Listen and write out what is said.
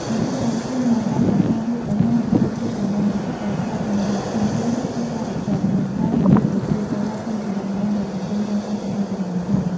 នៅពេលដែលគ្រោះមហន្តរាយចាប់ផ្តើមវាយប្រហារ អាទិភាពចម្បងបំផុតដែលត្រូវអនុវត្តភ្លាមៗ គឺការរុករក និងការជម្លៀសប្រជាពលរដ្ឋចេញពីតំបន់ដែលកំពុងរងការគំរាមកំហែងខ្លាំង។